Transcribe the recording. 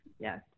Yes